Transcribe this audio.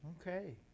Okay